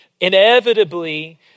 inevitably